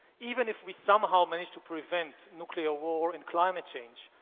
even if we somehow managed to prevent nuclear war and climate change,